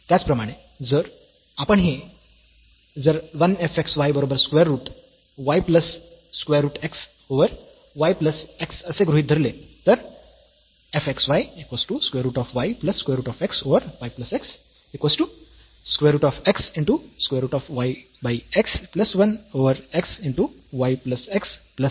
त्याचप्रमाणे जर आपण हे जर 1 f x y बरोबर square root y plus square root x over y plus x असे गृहीत धरले